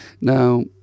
Now